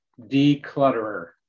declutterer